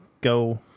go